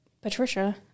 Patricia